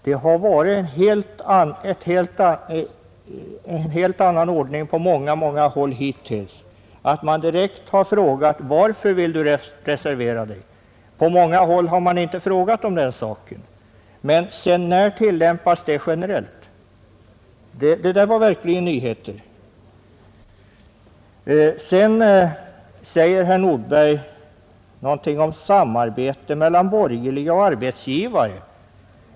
Det har varit en helt annan ordning på många, många håll hittills, och man har direkt frågat: Varför vill du reservera dig? På andra håll har man inte frågat om den saken. Men sedan när tillämpas detta generellt? Det där var verkligen nyheter. Sedan säger herr Nordberg någonting om samarbete mellan borgerliga och arbetsgivare.